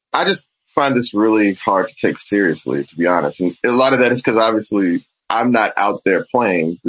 i just find this really hard to take seriously, to be honest. and a lot of that is because obviously i'm not out there playing,